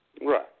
Right